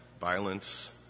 violence